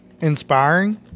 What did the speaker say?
inspiring